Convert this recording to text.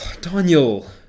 Daniel